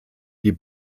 die